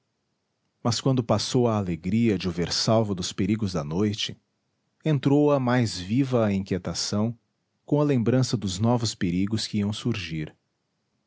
mas quando passou a alegria de o ver salvo dos perigos da noite entrou a mais viva a inquietação com a lembrança dos novos perigos que iam surgir